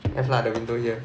have lah the window here